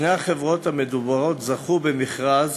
שתי החברות המדוברות זכו במכרז